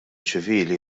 ċivili